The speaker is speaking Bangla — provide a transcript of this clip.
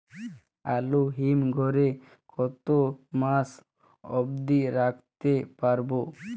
আলু হিম ঘরে কতো মাস অব্দি রাখতে পারবো?